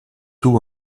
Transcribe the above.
tout